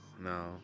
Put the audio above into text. no